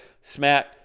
smack